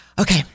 okay